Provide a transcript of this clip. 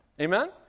Amen